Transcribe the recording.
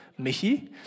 Michi